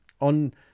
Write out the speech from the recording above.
on